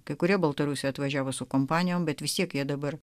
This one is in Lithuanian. kai kurie baltarusiai atvažiavo su kompanijom bet vis tiek jie dabar